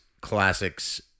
Classics